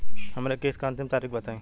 हमरे किस्त क अंतिम तारीख बताईं?